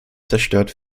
zerstört